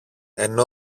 ενώ